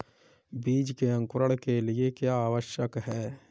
बीज के अंकुरण के लिए क्या आवश्यक है?